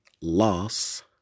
loss